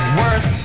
worth